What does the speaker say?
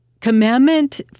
commandment